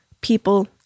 people